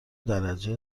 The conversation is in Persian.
درجه